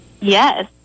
Yes